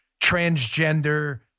transgender